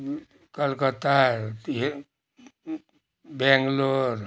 Calcutta Bangalore